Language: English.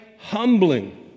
humbling